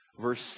verse